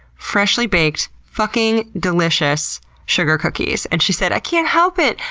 freshly baked, fucking delicious sugar cookies. and she said, i can't help it,